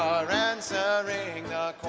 are answering